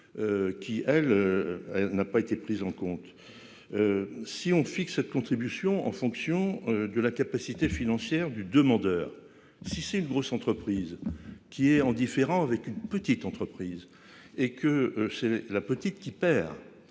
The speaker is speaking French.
Qui elle. N'a pas été pris en compte. Si on fixe cette contribution en fonction de la capacité financière du demandeur. Si c'est une grosse entreprise qui est en différents avec une petite entreprise et que c'est la petite qui perd.